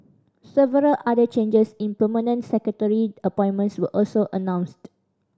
several other changes in permanent secretary appointments were also announced